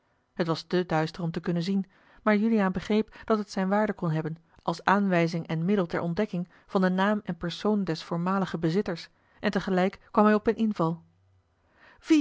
het was te duister om te kunnen zien maar juliaan begreep dat het zijne waarde kon hebben als aanwijzing en middel ter ontdekking van den naam en persoon des voormaligen bezitters en tegelijk kwam hij op een inval